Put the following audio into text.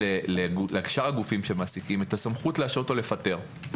ולשאר הגופים שמעסיקים את הסמכות להשעות או לפטר,